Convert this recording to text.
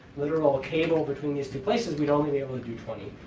literal cable between these two places, we'd only be able to do twenty.